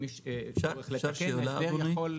אפשר שאלה, אדוני?